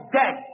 dead